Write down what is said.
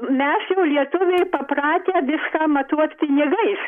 mes jau lietuviai papratę viską matuot pinigais